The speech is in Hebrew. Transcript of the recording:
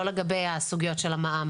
לא לגבי הסוגיות של המע"מ,